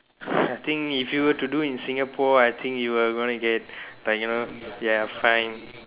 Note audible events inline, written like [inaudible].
[noise] I think if you were to do in Singapore I think you are going to get like you know ya fine